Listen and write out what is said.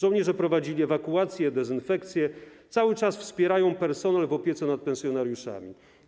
Żołnierze prowadzili ewakuację, dezynfekcję, cały czas wspierają personel w opiece nad pensjonariuszami.